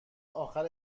آخر